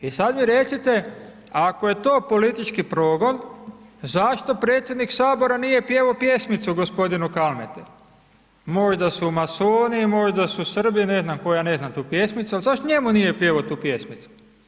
I sad vi recite ako je to politički progon, zašto predsjednik Sabora nije pjevao pjesmicu gospodinu Kalmeti, možda su masoni, možda su Srbi, ne znam koja, ja ne znam tu pjesmicu, al' zašto njemu nije pjev'o tu pjesmicu?